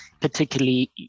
particularly